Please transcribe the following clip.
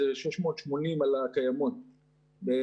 זה 680 על הקיימות,